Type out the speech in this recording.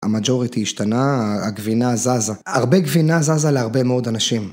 המג'וריטי השתנה, הגבינה זזה. הרבה גבינה זזה להרבה מאוד אנשים.